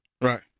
Right